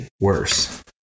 worse